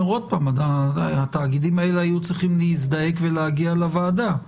עוד פעם שהתאגידים האלה היו צריכים להזדעק ולהגיע לוועדה.